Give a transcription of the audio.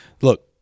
look